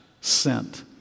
sent